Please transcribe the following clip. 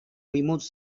remote